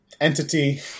entity